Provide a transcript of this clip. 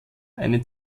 eine